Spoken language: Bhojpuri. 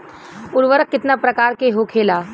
उर्वरक कितना प्रकार के होखेला?